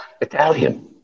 Italian